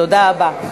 תודה רבה.